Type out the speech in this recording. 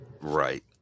Right